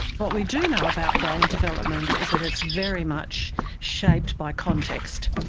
what we do know about brain development is that it's very much shaped by context.